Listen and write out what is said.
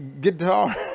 guitar